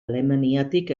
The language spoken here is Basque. alemaniatik